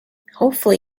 hopefully